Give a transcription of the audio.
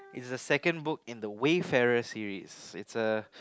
it's the second book in the wayfairer series it's a